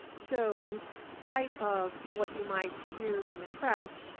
so, in spite of what you might hear in the press,